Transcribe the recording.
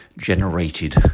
generated